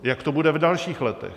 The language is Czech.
Jak to bude v dalších letech?